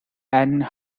and